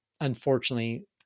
unfortunately